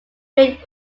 great